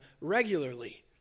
regularly